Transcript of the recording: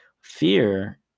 fear